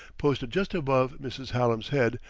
posted just above mrs. hallam's head,